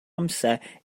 amser